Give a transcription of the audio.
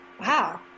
wow